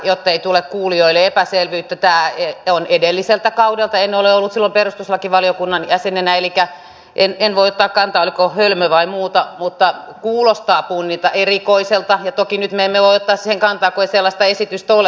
jottei tule kuulijoille epäselvyyttä tämä on edelliseltä kaudelta en ole ollut silloin perustuslakivaliokunnan jäsenenä elikkä en voi ottaa kantaa oliko tämä hölmö vai muuta mutta kuulostaa erikoiselta punninnalta ja toki nyt me emme voi ottaa siihen kantaa kun ei sellaista esitystä ole